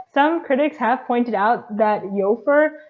some critics have pointed out that yeah iofer,